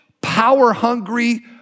power-hungry